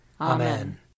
Amen